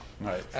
Right